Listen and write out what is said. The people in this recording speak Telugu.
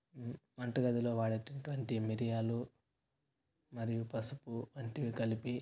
వంట గదిలో వాడేటువంటి మిరియాలు మరియు పసుపు వంటివి కలిపి